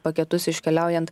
paketus iškeliaujant